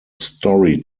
story